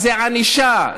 והיא ענישה,